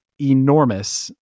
enormous